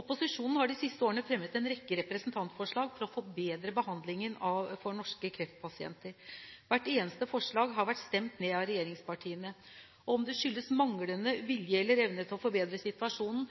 Opposisjonen har de siste årene fremmet en rekke representantforslag for å forbedre behandlingen for norske kreftpasienter. Hvert eneste forslag har blitt stemt ned av regjeringspartiene. Om det skyldes manglende vilje eller evne til å forbedre situasjonen,